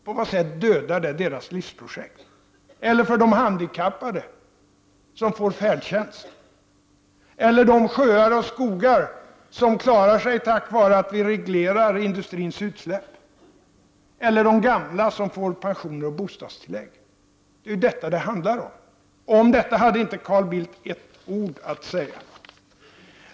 På vad sätt dödar det de handikappades livsprojekt när de får färdtjänst? Eller på vad sätt förstörs livsprojekt när sjöar och skogar klaras tack vare att vi reglerar industrins utsläpp eller när de gamla får pensioner och bostadstillägg? Det är ju detta som det handlar om. Om detta hade Carl Bildt inte ett ord att säga!